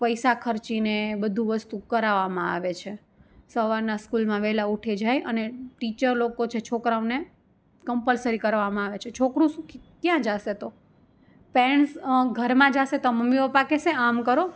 પૈસા ખર્ચીને બધું વસ્તુ કરાવામાં આવે છે સવારના સ્કૂલમાં વહેલા ઉઠે જાય અને ટીચર લોકો છે છોકરાઓને કંપલસરી કરવામાં આવે છે છોકરું શું ક્યાં જશે તો પેન્ટ્સ ઘરમાં જાશે તો મમ્મી પપ્પા કહેશે આમ કરો